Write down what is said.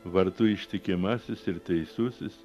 vardu ištikimasis ir teisusis